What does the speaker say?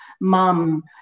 mom